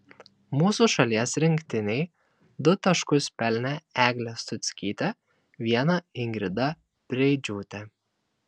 mūsų šalies rinktinei du taškus pelnė eglė stuckytė vieną ingrida preidžiūtė